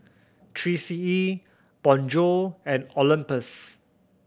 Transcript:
Three C E Bonjour and Olympus